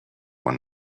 one